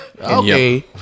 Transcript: Okay